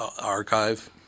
archive